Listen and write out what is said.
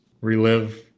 relive